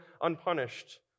unpunished